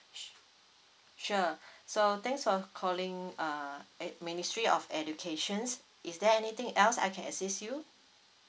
sh~ sure so thanks for calling uh at ministry of educations is there anything else I can assist you